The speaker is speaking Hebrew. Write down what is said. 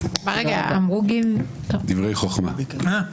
דברי חוכמה.